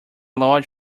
lot